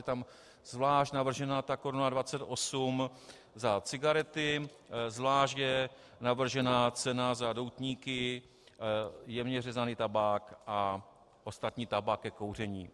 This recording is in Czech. Je tam zvlášť navržena ta 1,28 Kč za cigarety, zvlášť je navržena cena za doutníky, jemně řezaný tabák, a ostatní tabák ke kouření.